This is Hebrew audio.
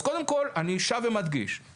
אז קודם כל אני שב ומדגיש,